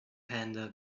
panda